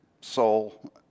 soul